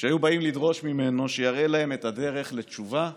כשהיו באים לדרוש ממנו שיראה להם את הדרך לתשובה ולהתחדשות.